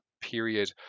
period